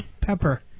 Pepper